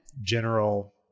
General